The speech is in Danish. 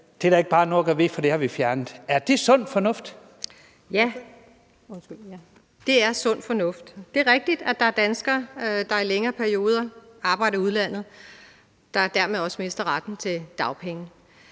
(Karen Ellemann): Ordføreren. Kl. 15:35 Birgitte Bergman (KF): Ja, det er sund fornuft. Det er rigtigt, at der er danskere, der i længere perioder arbejder i udlandet og dermed også mister retten til dagpenge.